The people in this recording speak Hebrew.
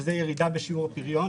וזאת ירידה בשיעור הפריון.